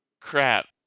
crap